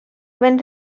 when